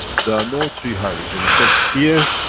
there are no three hydrogen, because here,